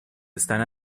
están